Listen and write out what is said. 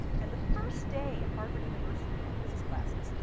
and the first day at harvard university in my physics classes,